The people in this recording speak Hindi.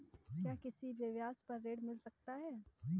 क्या किसी व्यवसाय पर ऋण मिल सकता है?